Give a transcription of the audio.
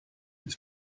his